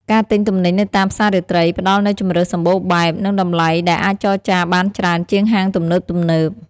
ការទិញទំនិញនៅតាមផ្សាររាត្រី ផ្តល់នូវជម្រើសសំបូរបែប និងតម្លៃដែលអាចចរចាបានច្រើនជាងហាងទំនើបៗ។